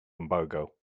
embargo